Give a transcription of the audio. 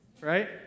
right